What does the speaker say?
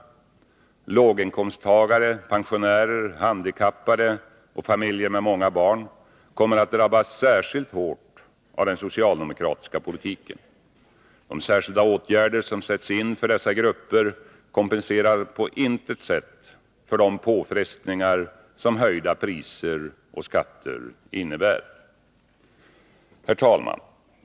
Låginkomsttagare, pensionärer, handikappade och familjer med många barn kommer att drabbas särskilt hårt av den socialdemokratiska politiken. De särskilda åtgärder som sätts in för dessa grupper kompenserar på intet sätt för de påfrestningar som höjda priser och skatter innebär. Herr talman!